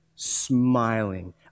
smiling